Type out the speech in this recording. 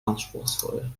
anspruchsvoll